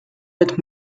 mit